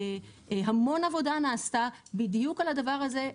המון עבודה נעשתה בדיוק על הדבר הזה,